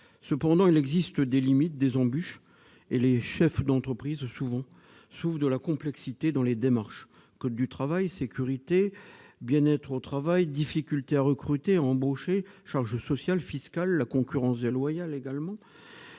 Cependant, il existe des limites, des embûches. Les chefs d'entreprise s'ouvrent souvent à nous au sujet de la complexité dans les démarches : code du travail, sécurité, bien-être au travail, difficultés à recruter, à embaucher, charges sociales et fiscales, concurrence déloyale, complexité